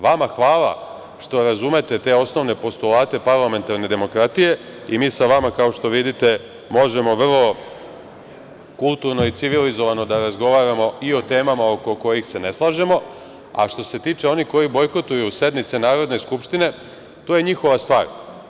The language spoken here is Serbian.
Vama hvala što razumete te osnovne poslovate parlamentarne demokratije i mi sa vama, kao što vidite možemo vrlo kulturno i civilizovano da razgovaramo i o temama oko kojih se ne slažemo, a što se tiče onih koji bojkotuju sednice Narodne skupštine, to je njihova stvar.